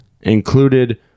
included